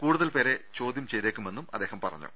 കൂടുതൽ പേരെ ചോദ്യം ചെയ്തേക്കുമെന്നും അദ്ദേഹം പറഞ്ഞു